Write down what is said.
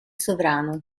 sovrano